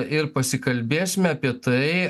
ir pasikalbėsime apie tai